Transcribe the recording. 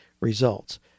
results